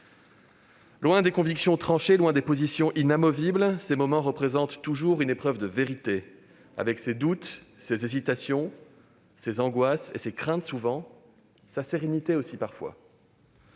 Loin des convictions tranchées et des positions inébranlables, ces moments représentent toujours une épreuve de vérité, avec ses doutes, ses hésitations, ses angoisses et ses craintes souvent, sa sérénité parfois.